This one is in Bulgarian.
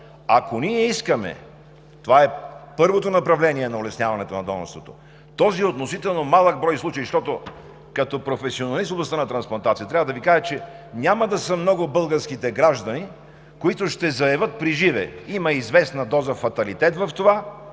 ако ние искаме, това е първото направление на улесняването на донорството, този относително малък брой случаи, защото като професионалист в областта на трансплантацията трябва да Ви кажа, че няма да са много българските граждани, които ще заявят приживе. Има известна доза фаталитет в това,